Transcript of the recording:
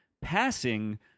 passing